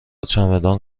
چمدان